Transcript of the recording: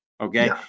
Okay